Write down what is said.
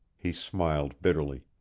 he smiled bitterly.